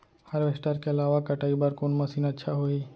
Harvester के अलावा कटाई बर कोन मशीन अच्छा होही?